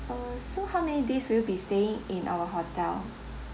uh so how many days will you be staying in our hotel